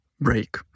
break